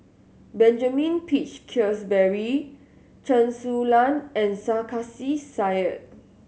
Benjamin Peach Keasberry Chen Su Lan and Sarkasi Said